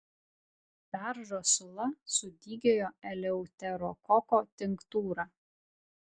beržo sula su dygiojo eleuterokoko tinktūra